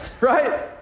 right